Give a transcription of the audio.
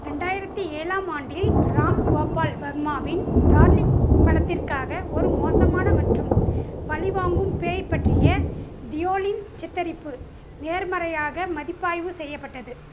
ரெண்டாயிரத்தி ஏழாம் ஆண்டில் ராம் கோபால் வர்மாவின் டார்லிங் படத்திற்காக ஒரு மோசமான மற்றும் பழிவாங்கும் பேய் பற்றிய தியோலின் சித்தரிப்பு நேர்மறையாக மதிப்பாய்வு செய்யப்பட்டது